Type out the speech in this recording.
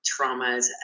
traumas